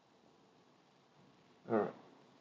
uh